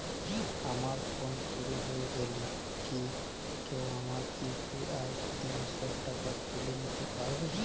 আমার ফোন চুরি হয়ে গেলে কি কেউ আমার ইউ.পি.আই দিয়ে সব টাকা তুলে নিতে পারবে?